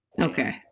Okay